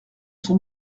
son